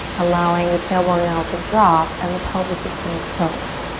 allowing the tailbone now to drop and the pelvis is gonna tilt.